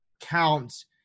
counts